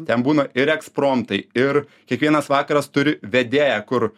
ten būna ir ekspromtai ir kiekvienas vakaras turi vedėją kur